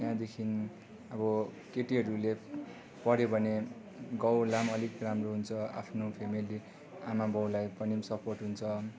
त्यहाँदेखि अब केटीहरूले पढ्यो भने गाउँहरूलाई पनि अलिक राम्रो हुन्छ आफ्नो फेमिली आमाबाउलाई पनि सपोर्ट हुन्छ